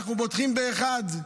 אנחנו בוטחים באחד,